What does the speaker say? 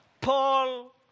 Paul